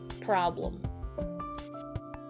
problem